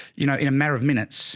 you know, in a matter of minutes